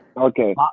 Okay